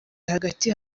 hagati